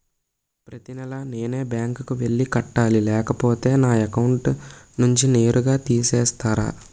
ప్రతి నెల నేనే బ్యాంక్ కి వెళ్లి కట్టాలి లేకపోతే నా అకౌంట్ నుంచి నేరుగా తీసేస్తర?